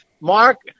Mark